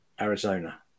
Arizona